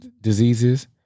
diseases